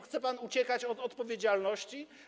Chce pan uciekać od odpowiedzialności?